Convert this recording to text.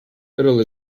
little